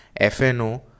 FNO